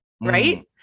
right